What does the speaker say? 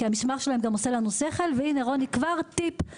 כי המסמך שלהם גם עושה לנו שכל והנה רוני כבר טיפ,